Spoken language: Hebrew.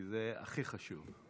כי זה הכי חשוב.